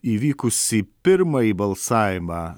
įvykusį pirmąjį balsavimą